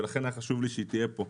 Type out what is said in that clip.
ולכן היה חשוב לי שהיא תהיה פה,